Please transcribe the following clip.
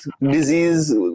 disease